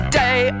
day